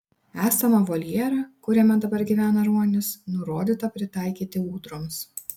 esamą voljerą kuriame dabar gyvena ruonis nurodyta pritaikyti ūdroms